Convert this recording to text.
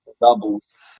doubles